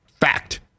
Fact